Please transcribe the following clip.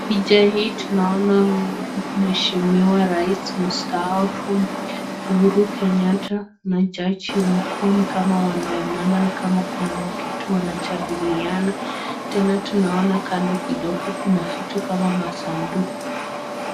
Picha hii tunaona mheshimiwa rais mstaafu Uhuru Kenyatta na jaji mkuu. Ni kama wanaonana ni kama kuna kitu wanajadiliana . Tena tunaona kando kidogo kuna vitu kama masanduku.